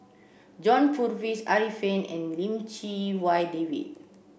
John Purvis Arifin and Lim Chee Wai David